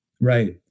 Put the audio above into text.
Right